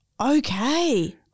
okay